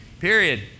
period